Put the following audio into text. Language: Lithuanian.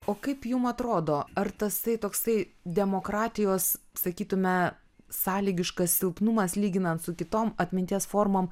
o kaip jum atrodo ar tasai toksai demokratijos sakytume sąlygiškas silpnumas lyginant su kitom atminties formom